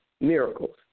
miracles